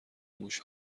موش